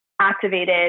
activated